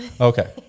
Okay